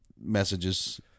messages